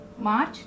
March